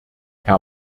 herr